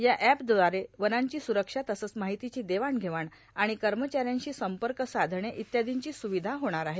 या एपद्वारे वनांची सुरक्षा तसंच माहितीची देवाणघेवाण आणि कर्मचाऱ्यांशी संपर्क साधने इत्यादींची सुविधा होणार आहे